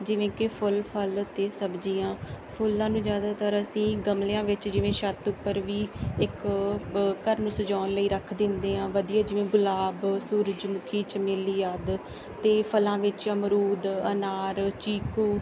ਜਿਵੇਂ ਕਿ ਫੁੱਲ ਫਲ ਅਤੇ ਸਬਜ਼ੀਆਂ ਫੁੱਲਾਂ ਨੂੰ ਜ਼ਿਆਦਾਤਰ ਅਸੀਂ ਗਮਲਿਆਂ ਵਿੱਚ ਜਿਵੇਂ ਛੱਤ ਉੱਪਰ ਵੀ ਇੱਕ ਘਰ ਨੂੰ ਸਜਾਉਣ ਲਈ ਰੱਖ ਦਿੰਦੇ ਹਾਂ ਵਧੀਆ ਜਿਵੇਂ ਗੁਲਾਬ ਸੂਰਜਮੁਖੀ ਚਮੇਲੀ ਆਦਿ ਅਤੇ ਫਲਾਂ ਵਿੱਚ ਅਮਰੂਦ ਅਨਾਰ ਚੀਕੂ